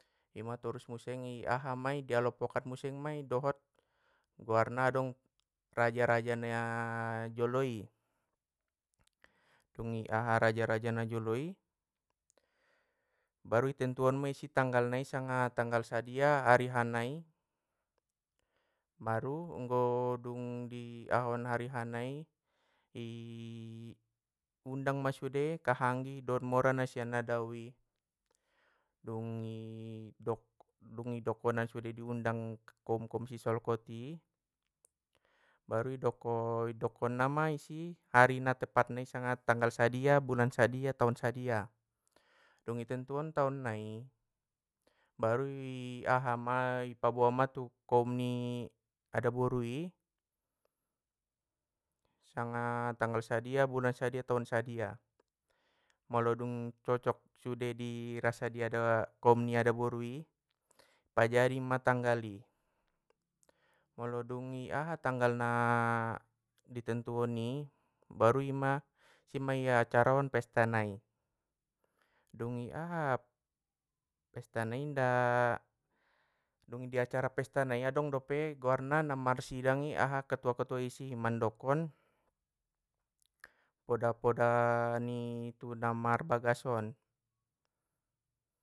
Ima torus musengi aha mai dialog pokat museng mai dohot, guarna dong raja raja na joloi, dung i aha raja raja i najoloi, baru i tentuon mei si tanggal nai sanga tanggal sadia hari ha nai. Baru anggo dung di ahaon hari ha na, i undang ma sude kahangggi dot mora nasian na daoi, dung i dok- dungi dokona sudena diundang koum koum sisolkoti, baru idoko- idokonna mai si hari na tepat nai sanga tanggal sadia bulan sadia taon sadia, dung itentuon taon nai, baru i aha ma i paboa ma tu koum ni adaborui sanga tanggal sadia bulan sadia taon sadia, molo dung cocok sude di rasa dia da koum ni adaborui, pajadi ma tanggal i. Molo dung i aha tanggal na ditentuoni baru ima, sima ia acaraon pesta nai, dungi aha? Pesta nai inda dung diacara ni pesta nai adong dope guarna namarsidangi aha ketua ketua isi mandokon, poda poda ni namarbagas on.